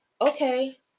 okay